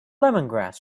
lemongrass